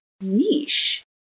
niche